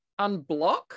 unblock